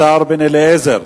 השר בן-אליעזר.